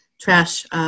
trash